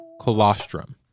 colostrum